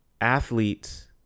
athletes